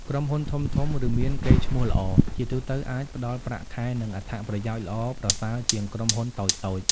ក្រុមហ៊ុនធំៗ ឬមានកេរ្តិ៍ឈ្មោះល្អ ជាទូទៅអាចផ្តល់ប្រាក់ខែ និងអត្ថប្រយោជន៍ល្អប្រសើរជាងក្រុមហ៊ុនតូចៗ។